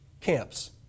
camps